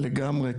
לגמרי.